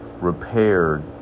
repaired